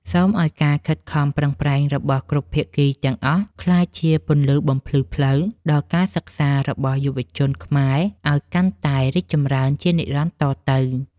សូមឱ្យការខិតខំប្រឹងប្រែងរបស់គ្រប់ភាគីទាំងអស់ ក្លាយជាពន្លឺបំភ្លឺផ្លូវដល់ការសិក្សារបស់យុវជនខ្មែរឱ្យកាន់តែរីកចម្រើនជានិរន្តរ៍តទៅ។